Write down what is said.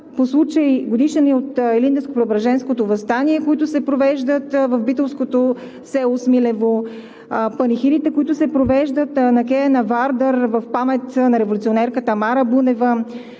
по случай годишнини от Илинденско-Преображенското въстание, които се провеждат в битолското село Смилево, панихидите, които се провеждат на кея на Вардар в памет на революционерката Мара Бунева,